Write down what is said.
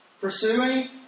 Pursuing